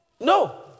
No